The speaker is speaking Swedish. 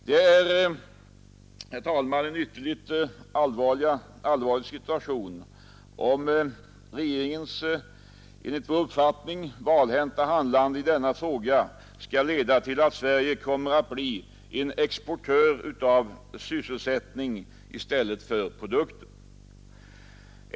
Det är, herr talman, ytterst allvarligt om regeringens valhänta handlande i denna fråga skall leda till att Sverige kommer att bli en exportör av sysselsättning i stället för av produkter.